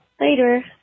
Later